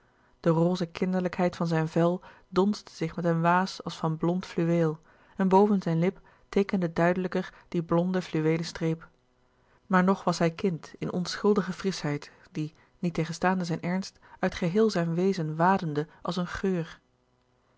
de roze kinderlijkheid van zijn vel donsde zich met een waas als van blond fluweel en boven zijn lip teekende duidelijker die blonde fluweelen streep maar nog was hij kind in onschuldige frischheid die niettegenstaande zijn ernst uit geheel zijn wezen wademde als een geur